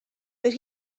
but